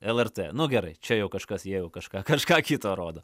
lrt nu gerai čia jau kažkas jeigu jau kažką kažką kito rodo